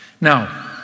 Now